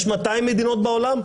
יש 200 מדינות בעולם,